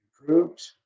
improved